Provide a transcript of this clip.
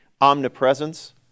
Omnipresence